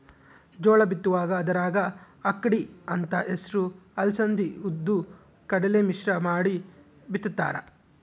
ಜೋಳ ಬಿತ್ತುವಾಗ ಅದರಾಗ ಅಕ್ಕಡಿ ಅಂತ ಹೆಸರು ಅಲಸಂದಿ ಉದ್ದು ಕಡಲೆ ಮಿಶ್ರ ಮಾಡಿ ಬಿತ್ತುತ್ತಾರ